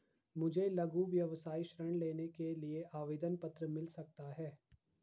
मुझे लघु व्यवसाय ऋण लेने के लिए आवेदन पत्र मिल सकता है?